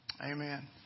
amen